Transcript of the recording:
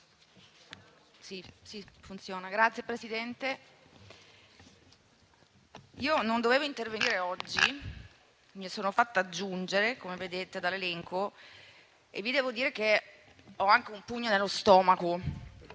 Signor Presidente, non dovevo intervenire oggi, mi sono fatta aggiungere, come potete vedere dall'elenco, e vi devo dire che mi è arrivato un pugno nello stomaco.